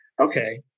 okay